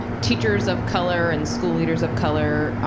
teachers of color and school leaders of color,